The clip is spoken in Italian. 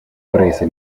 prese